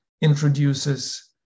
introduces